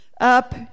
up